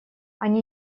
они